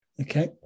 Okay